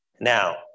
Now